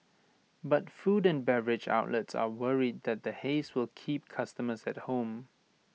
but food and beverage outlets are worried that the haze will keep customers at home